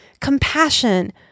compassion